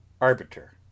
Arbiter